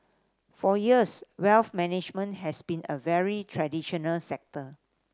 for years wealth management has been a very traditional sector